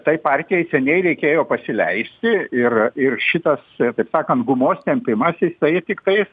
tai partijai seniai reikėjo pasileisti ir ir šitas taip sakant gumos tempimas jisai tiktais